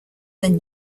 than